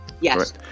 yes